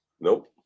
Nope